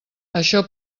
això